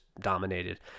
dominated